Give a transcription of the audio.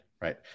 right